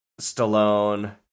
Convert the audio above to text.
Stallone